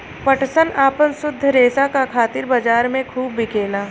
पटसन आपन शुद्ध रेसा क खातिर बजार में खूब बिकेला